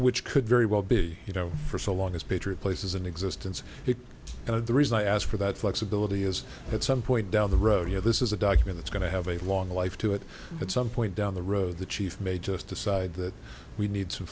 which could very well be you know for so long as patriot place is in existence and the reason i ask for that flexibility is at some point down the road here this is a document that's going to have a long life to it at some point down the road the chief may just decide that we need some